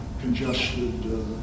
congested